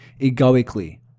egoically